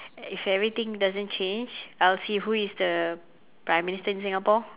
if everything doesn't change I'll see who is the prime minister in singapore